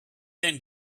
then